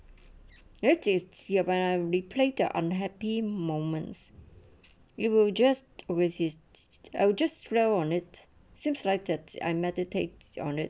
it is ye when i replay their unhappy moments it will just overseas I will just flow on it seems like that I meditate on it